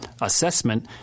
assessment